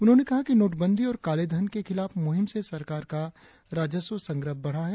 उन्होंने कहा कि नोटबंदी और कालेधन के खिलाफ मुहिम से सरकार का राजस्व संग्रह बढ़ा है